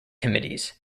committees